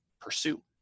pursue